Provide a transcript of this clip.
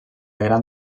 gran